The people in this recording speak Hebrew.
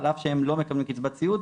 על אף שהם לא מקבלים קצבת סיעוד,